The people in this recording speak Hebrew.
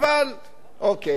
אוקיי, הבנתם.